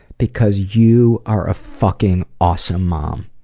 because you are a fucking awesome mom.